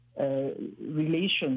relations